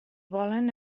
volen